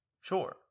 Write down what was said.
Sure